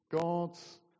God's